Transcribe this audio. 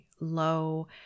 low